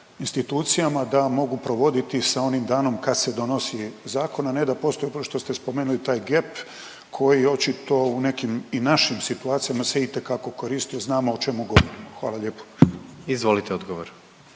institucijama da mogu provoditi sa onim danom kad se donosi zakon, a ne da postoji pošto ste spomenuli taj gep koji očito u nekim i našim situacijama se itekako koristio, znamo o čemu govorimo, hvala lijepo. **Jandroković,